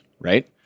right